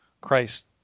Christ